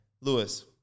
Lewis